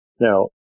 Now